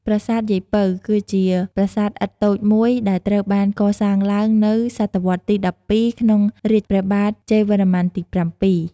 ប្រាសាទយាយពៅ គឺជាប្រាសាទឥដ្ឋតូចមួយដែលត្រូវបានកសាងឡើងនៅ សតវត្សរ៍ទី ១២ ក្នុងរាជ្យព្រះបាទជ័យវរ្ម័នទី ៧។